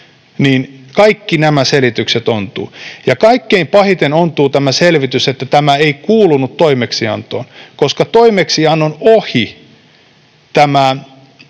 kaikki nämä selitykset ontuvat. Ja kaikkein pahiten ontuu tämä selitys, että tämä ei kuulunut toimeksiantoon, koska toimeksiannon ohi tämä